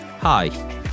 Hi